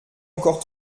encore